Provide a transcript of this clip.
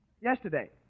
Yesterday